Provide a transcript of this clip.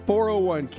401K